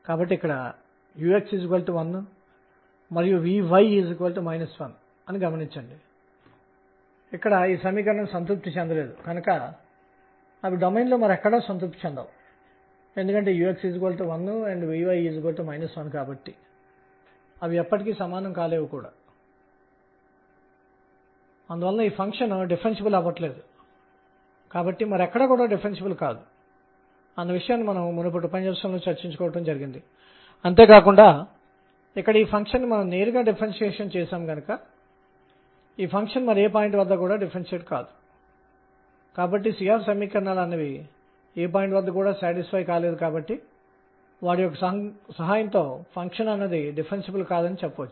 కాబట్టి దాని కోసం మనము ఇప్పుడు ఒక కేంద్రకం చుట్టూ ఎలక్ట్రాన్ యొక్క పూర్తి 3 డైమెన్షనల్ మితీయ గమనంను పరిగణిస్తాము దీనిని పరమాణువుకు క్వాంటం నిబంధనల యొక్క అనువర్తనం అని కూడా అంటారు